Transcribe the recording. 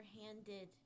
handed